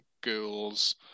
girls